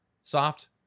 soft